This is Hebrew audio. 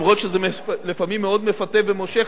גם אם זה לפעמים מאוד מפתה ומושך,